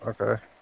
okay